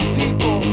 people